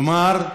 כלומר,